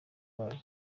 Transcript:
wayo